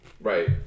Right